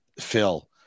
Phil